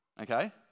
okay